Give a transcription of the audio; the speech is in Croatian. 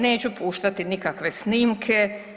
Neću puštati nikakve snimke.